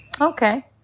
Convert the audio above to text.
Okay